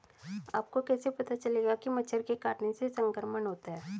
आपको कैसे पता चलेगा कि मच्छर के काटने से संक्रमण होता है?